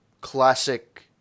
classic